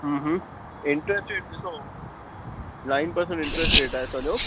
हूं हूं interest rate ॾिसो nine percent interest rate आहे असांजो